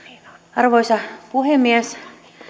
arvoisa puhemies